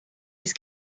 his